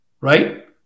right